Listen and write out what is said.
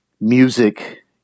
music